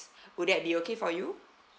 would that be okay for you